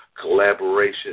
collaboration